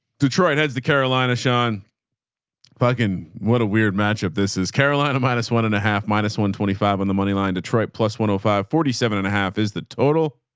detroit has the carolina, sean fucking what? a weird matchup. this is carolina minus one and a half minus one twenty five on the moneyline detroit plus one oh five forty seven and a half is the total.